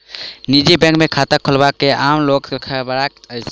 निजी बैंक मे खाता खोलयबा मे आम लोक घबराइत अछि